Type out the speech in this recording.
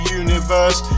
universe